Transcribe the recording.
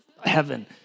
heaven